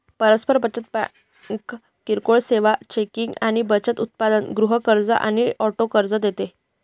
परस्पर बचत बँक किरकोळ सेवा, चेकिंग आणि बचत उत्पादन, गृह कर्ज आणि ऑटो कर्ज देते